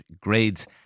grades